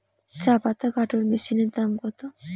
চাপাতা কাটর মেশিনের দাম কত?